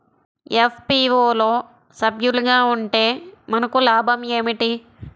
FPO లో సభ్యులుగా ఉంటే మనకు లాభం ఏమిటి?